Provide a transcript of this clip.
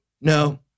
No